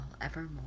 evermore